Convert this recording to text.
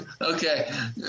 Okay